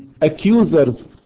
accusers